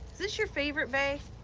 this your favorite bay?